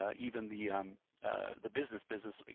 ah even the um the business-business, and